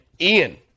Ian